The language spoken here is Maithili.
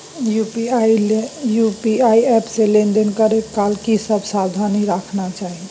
यु.पी.आई एप से लेन देन करै काल की सब सावधानी राखना चाही?